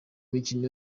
mikino